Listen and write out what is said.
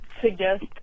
suggest